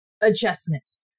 adjustments